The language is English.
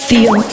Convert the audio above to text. Feel